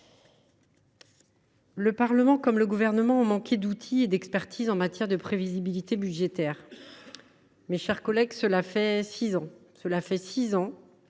Le Parlement, comme le Gouvernement, a manqué d’outils et d’expertises en matière de prévision budgétaire. Mes chers collègues, cela fait six ans que, chaque